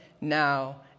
now